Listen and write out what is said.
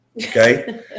Okay